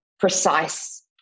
precise